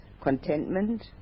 contentment